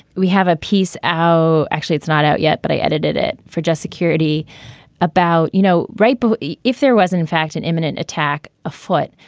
we have a piece out. actually, it's not out yet, but i edited it for just security about, you know. right. but if there was, in fact, an imminent attack afoot,